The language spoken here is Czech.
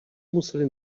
museli